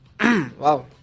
Wow